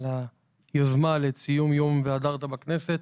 על היוזמה לציון יום ״והדרת פני זקן״ בכנסת.